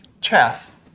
chaff